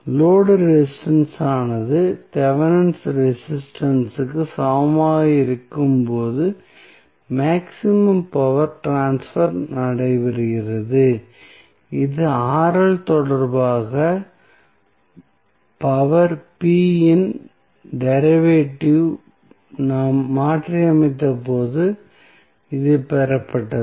load resistance ஆனது Thevenin resistance இற்கு சமமாக இருக்கும்போது மேக்ஸிமம் பவர் ட்ரான்ஸ்பர் நடைபெறுகிறது இது தொடர்பாக பவர் p இன் டெரிவேட்டிவ் ஐ நாம் மாற்றியமைத்தபோது இது பெறப்பட்டது